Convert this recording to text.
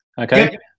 okay